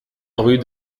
rue